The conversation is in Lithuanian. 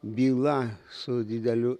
byla su dideliu